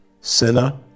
Sinner